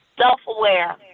self-aware